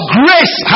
grace